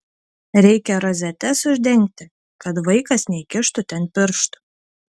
reikia rozetes uždengti kad vaikas neįkištų ten pirštų